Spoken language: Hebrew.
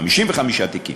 55 תיקים.